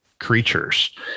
Creatures